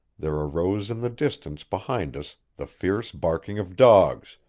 there arose in the distance behind us the fierce barking of dogs,